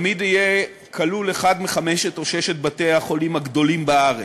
תמיד יהיה כלול אחד מחמשת או ששת בתי-החולים הגדולים בארץ.